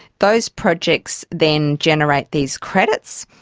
those projects then generate these credits,